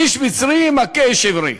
איש מצרי מכה איש עברי.